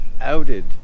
outed